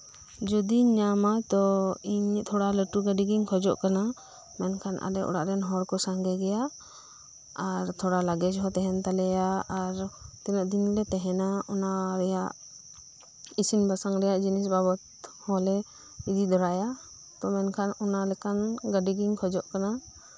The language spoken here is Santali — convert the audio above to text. ᱡᱚᱫᱤᱧ ᱧᱟᱢᱟ ᱛᱚ ᱤᱧ ᱛᱷᱚᱲᱟ ᱞᱟᱹᱴᱩ ᱜᱟᱹᱰᱤᱜᱤᱧ ᱠᱷᱚᱡᱚᱜ ᱠᱟᱱᱟ ᱢᱮᱱᱠᱦᱷᱱ ᱟᱞᱮ ᱚᱲᱟᱜ ᱨᱮ ᱦᱚᱲᱠᱩ ᱥᱟᱸᱜᱮ ᱜᱮᱭᱟ ᱟᱨ ᱛᱷᱚᱲᱟ ᱞᱟᱜᱮᱡᱦᱚᱸ ᱛᱟᱦᱮᱱ ᱛᱟᱞᱮᱭᱟ ᱟᱨ ᱛᱤᱱᱟᱹᱜ ᱫᱤᱱᱞᱮ ᱛᱟᱦᱮᱱᱟ ᱚᱱᱟᱨᱮᱭᱟᱜ ᱤᱥᱤᱱ ᱵᱟᱥᱟᱝ ᱨᱮᱭᱟᱜ ᱡᱤᱱᱤᱥ ᱵᱟᱵᱚᱫ ᱦᱚᱸᱞᱮ ᱤᱫᱤ ᱛᱚᱨᱟᱭᱟ ᱛᱚ ᱢᱮᱱᱠᱦᱟᱱ ᱚᱱᱟᱞᱮᱠᱟᱱ ᱜᱟᱹᱰᱤᱜᱤᱧ ᱠᱷᱚᱡᱚᱜ ᱠᱟᱱᱟ